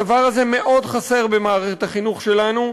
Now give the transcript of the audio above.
הדבר הזה מאוד חסר במערכת החינוך שלנו,